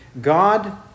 God